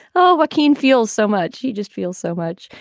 oh, what keene feels so much. he just feels so much.